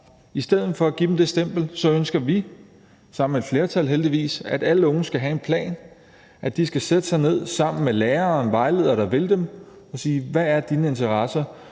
I stedet for at give dem det stempel ønsker vi – heldigvis sammen med et flertal – at alle unge skal have en plan, at de skal sætte sig ned sammen med en lærer og en vejleder, der vil dem, og som siger: Hvad er dine interesser,